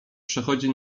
przechodzi